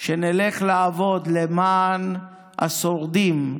שנלך לעבוד למען השורדים,